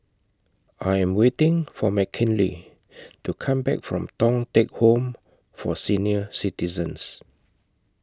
I Am waiting For Mckinley to Come Back from Thong Teck Home For Senior Citizens